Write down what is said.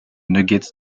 nuggets